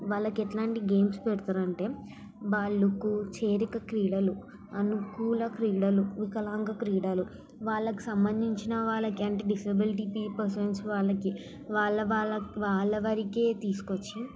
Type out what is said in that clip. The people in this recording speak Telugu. వాళ్ళకి ఎట్లాంటి గేమ్స్ పెడతారంటే వాళ్ళకి చేరిక క్రీడలు అనుకూల క్రీడలు వికలాంగ క్రీడలు వాళ్ళకి సంబంధించిన వాళ్ళకి అంటే డిసేబులిటీకి పర్సన్స్ వాళ్ళకి వాళ్ళ వాళ్ళ వాళ్ళ వరికు తీసుకువచ్చి